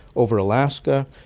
over alaska.